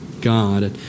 God